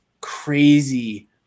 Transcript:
crazy